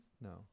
No